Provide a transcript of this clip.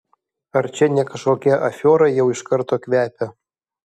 ar čia ne kažkokia afiora jau iš karto kvepia